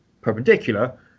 perpendicular